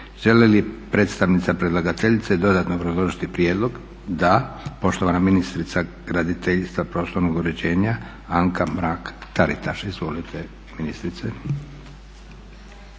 Želi li predstavnica predlagateljice dodatno obrazložiti prijedlog? Da. Poštovana ministrica graditeljstva, prostornog uređenja Anka Mrak Taritaš. Izvolite ministrice.